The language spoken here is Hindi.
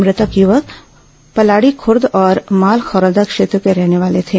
मृतक युवक पलाड़ीखूर्द और मालखरौदा क्षेत्र के रहने वाले थे